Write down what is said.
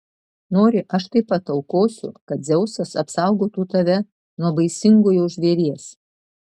nori aš taip pat aukosiu kad dzeusas apsaugotų tave nuo baisingojo žvėries